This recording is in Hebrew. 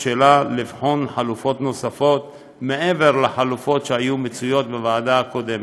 לבחון חלופות נוספות על החלופות שהיו לוועדה הקודמת.